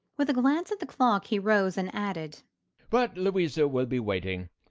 with a glance at the clock he rose and added but louisa will be waiting.